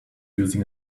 using